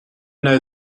know